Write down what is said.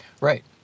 Right